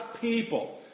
people